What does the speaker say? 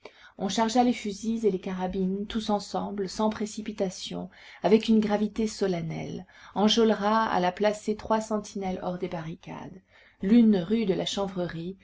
on chargea les fusils et les carabines tous ensemble sans précipitation avec une gravité solennelle enjolras alla placer trois sentinelles hors des barricades l'une rue de la